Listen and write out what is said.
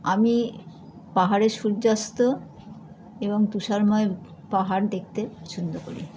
আমি পাহাড়ের সূর্যাস্ত এবং তুষারময় পাহাড় দেখতে পছন্দ করি